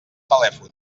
telèfon